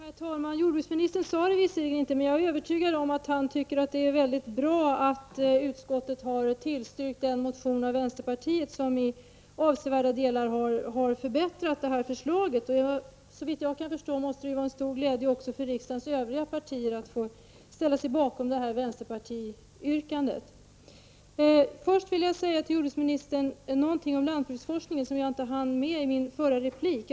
Herr talman! Jordbruksministern sade det visserligen inte, men jag är övertygad om att han tycker att det är mycket bra att utskottet har tillstyrkt den motion av vänsterpartiet som i avsevärda delar har förbättrat det här förslaget. Såvitt jag förstår måste det också vara en stor glädje för riksdagens övriga partier att få ställa sig bakom det här vänsterpartiyrkandet. Först vill jag säga till jordbruksministern någonting om lantbruksforskningen. Jag hann inte med det i min förra replik.